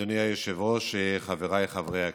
אדוני היושב-ראש, חבריי חברי הכנסת,